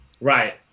right